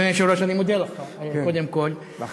אדוני היושב-ראש, קודם כול, אני מודה לך.